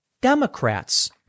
Democrats